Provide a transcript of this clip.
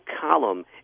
column